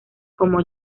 como